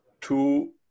two